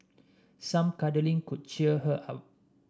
some cuddling could cheer her up